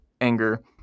anger